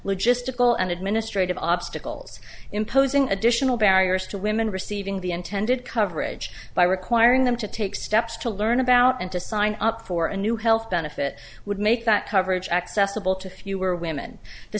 logistical and administrative obstacles imposing additional barriers to women receiving the intended coverage by requiring them to take steps to learn about and to sign up for a new health benefit would make that coverage accessible to fewer women the